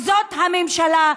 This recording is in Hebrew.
וזאת הממשלה,